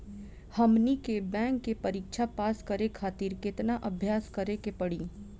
हमनी के बैंक के परीक्षा पास करे खातिर केतना अभ्यास करे के पड़ी?